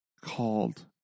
called